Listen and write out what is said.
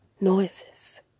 noises